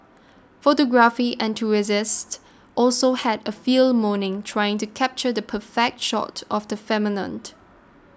photography enthusiasts also had a field morning trying to capture the perfect shot of the